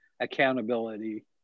accountability